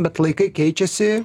bet laikai keičiasi